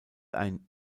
sein